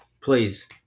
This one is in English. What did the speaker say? please